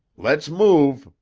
let's move!